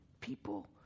People